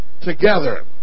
together